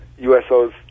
USOs